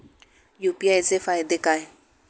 UPI चे फायदे काय?